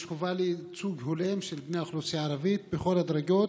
יש חובה לייצוג הולם של בני האוכלוסייה הערבית בכל הדרגות